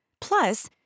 Plus